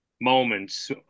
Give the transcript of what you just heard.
moments